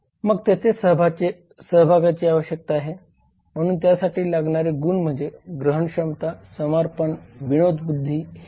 मग तेथे सहभागाची आवश्यकता आहे म्हणून त्यासाठी लागणारे गुण म्हणजे ग्रहणक्षमता समर्पण विनोदबुद्धी हे आहेत